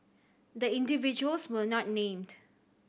the individuals were not named